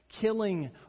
Killing